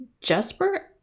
Jesper